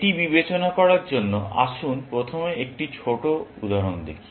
এটি বিবেচনা করার জন্য আসুন প্রথমে একটি ছোট উদাহরণ দেখি